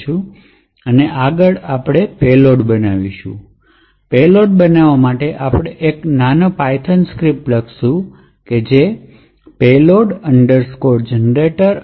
આગળની વસ્તુમાં આપણે પેલોડ બનાવીશું પેલોડ બનાવવા માટે આપણે એક નાનો પાયથોન સ્ક્રિપ્ટ લખીશું જે payload generator